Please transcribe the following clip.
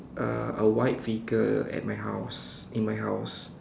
uh a white figure at my house in my house